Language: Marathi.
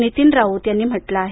नितीन राऊत यांनी म्हटलं आहे